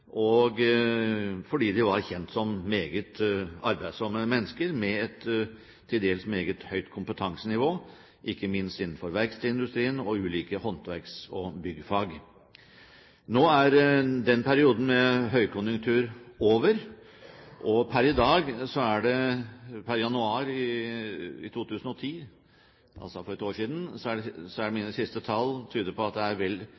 fordi de var kjent som meget arbeidsomme mennesker med et til dels meget høyt kompetansenivå, ikke minst innenfor verkstedindustrien og ulike håndverks- og byggfag. Nå er den perioden med høykonjunktur over, og per januar 2010, altså for ett år siden, tyder mine siste tall på at det var vel 52 000 polakker folkeregistrert i Norge. De var, som jeg